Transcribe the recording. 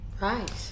right